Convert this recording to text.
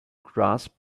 grasp